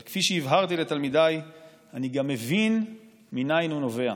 אבל כפי שהבהרתי לתלמידיי אני גם מבין מניין הוא נובע.